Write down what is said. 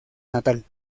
natal